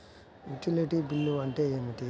Utility bill అంటే ఏమిటి?